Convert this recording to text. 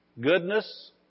goodness